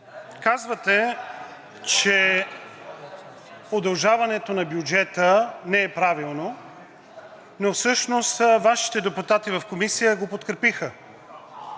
Казвате, че удължаването на бюджета не е правилно, но всъщност Вашите депутати в Комисията го подкрепиха.